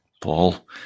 Paul